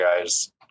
guys